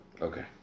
Okay